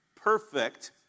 perfect